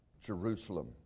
Jerusalem